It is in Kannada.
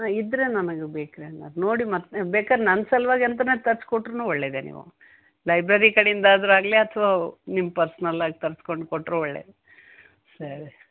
ಇದ್ದರೆ ನನಗೆ ಬೇಕು ರೀ ಹಂಗಾರೆ ನೋಡಿ ಮತ್ತೆ ಬೇಕಾರೆ ನನ್ನ ಸಲುವಾಗಿ ಅಂತನೇ ತರ್ಸಿ ಕೊಟ್ಟರೂನು ಒಳ್ಳೆದೇ ನೀವು ಲೈಬ್ರೆರಿ ಕಡಿಂದು ಆದರೂ ಆಗಲಿ ಅಥವಾ ನಿಮ್ಮ ಪರ್ಸ್ನಲ್ಲಾಗಿ ತರ್ಸ್ಕೊಂಡು ಕೊಟ್ಟರೂ ಒಳ್ಳೇದು ಸರಿ